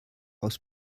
aus